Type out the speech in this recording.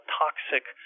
toxic